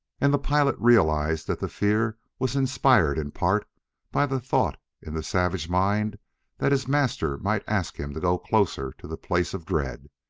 and the pilot realized that the fear was inspired in part by the thought in the savage mind that his master might ask him to go closer to the place of dread.